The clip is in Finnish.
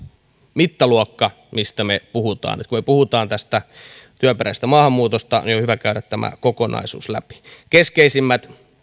mittaluokka mistä me puhumme nyt kun me puhumme tästä työperäisestä maahanmuutosta niin on hyvä käydä tämä kokonaisuus läpi keskeisimmät